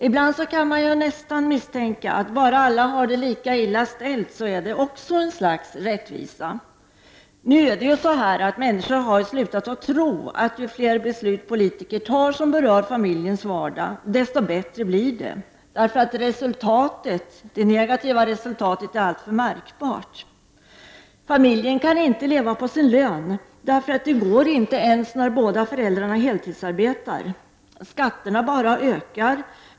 Ibland kan man nästan misstänka att det också innebär ett slags rättvisa om alla har det lika illa ställt. Nu är det så att människor har slutat att tro att ju fler beslut politiker fattar som rör familjens vardag, desto bättre blir det. Det negativa resultatet är alltför märkbart. Familjerna kan inte leva på sina löner — det går inte ens när båda föräldrarna heltidsarbetar. Skatterna bara ökar.